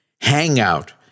hangout